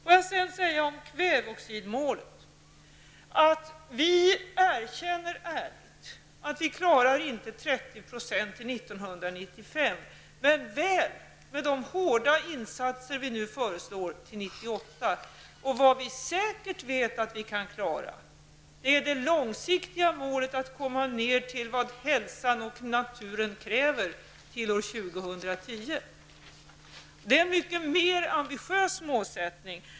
Beträffande kväveoxidmålet erkänner jag att vi inte klarar ett med 30 % minskat utsläpp till år 1995 men väl, med de hårda insatser vi nu föreslår, till år 1998. Vad vi säkert vet att vi kan klara är det långsiktiga målet att till år 2010 komma ned till den nivå på utsläppen som hälsan och naturen kräver. Det är en mycket ambitiösare målsättning.